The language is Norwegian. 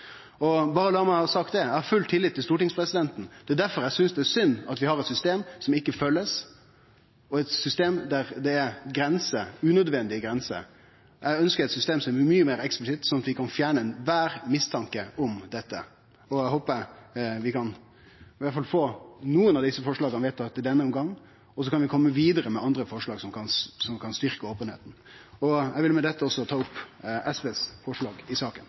Berre la meg ha sagt det: Eg har full tillit til stortingspresidenten. Det er difor eg synest det er synd at vi har eit system som ikkje blir følgt, og eit system der det er unødvendige grenser. Eg ønskjer eit system som er mykje meir eksplisitt, sånn at vi kan fjerne kvar ein mistanke om dette. Eg håper vi i alle fall kan få nokre av desse forslaga vedtatt i denne omgangen, og så kan vi kome vidare med andre forslag som kan styrkje openheita. Eg vil med dette ta opp forslaga frå SV i saka.